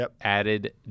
added